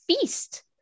feast